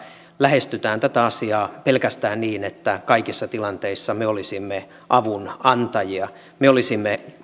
lähestytään tätä asiaa pelkästään niin että kaikissa tilanteissa me olisimme avunantajia me olisimme